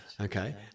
Okay